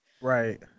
Right